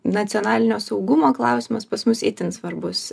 nacionalinio saugumo klausimas pas mus itin svarbus